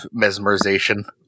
mesmerization